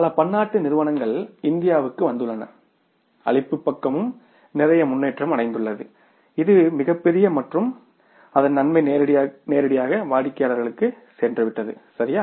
பல பன்னாட்டு நிறுவனங்கள் இந்தியாவுக்கு வந்துள்ளன அளிப்பு பக்கமும் நிறைய முன்னேற்றம் அடைந்துள்ளது இது மிகப்பெரியது மற்றும் அதன் நன்மை நேரடியாக வாடிக்கையாளர்களுக்கு சென்றுவிட்டது சரியா